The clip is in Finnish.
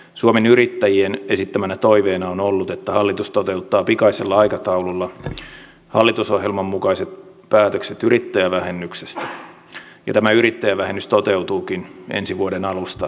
suomen yrittäjien esittämänä toiveena on ollut että hallitus toteuttaa pikaisella aikataululla hallitusohjelman mukaiset päätökset yrittäjävähennyksestä ja tämä yrittäjävähennys toteutuukin ensi vuoden alusta lähtien